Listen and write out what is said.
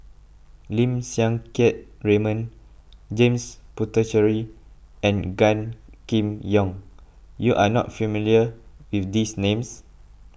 Lim Siang Keat Raymond James Puthucheary and Gan Kim Yong you are not familiar with these names